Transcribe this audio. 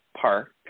Park